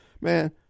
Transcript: Man